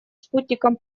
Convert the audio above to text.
спутником